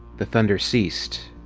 the thunder ceased.